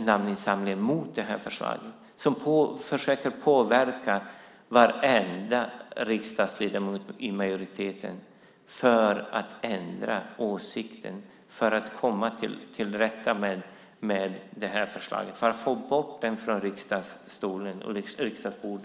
namninsamlingar mot det här förslaget och som försöker påverka varenda riksdagsledamot i majoriteten för att ändra åsikt, komma till rätta med det här förslaget och för att få bort det från riksdagens bord.